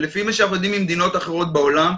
ולפי מה שאנחנו יודעים ממדינות אחרות בעולם,